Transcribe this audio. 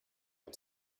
ein